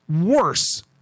worse